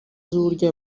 z’uburyo